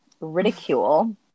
ridicule